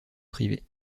privées